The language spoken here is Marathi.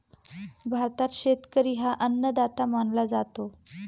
भारतात शेतकरी हा अन्नदाता मानला जातो